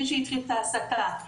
מי שהתחיל את ההסתה,